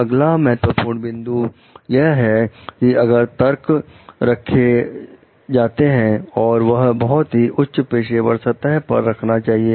अगला महत्वपूर्ण बिंदु यह है कि अगर तर्क रखे जाते हैं तो वह बहुत ही उच्च पेशेवर सतह पर रखना चाहिए